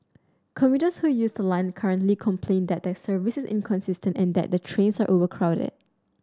commuters who use the line currently complain that the service is inconsistent and that trains are overcrowded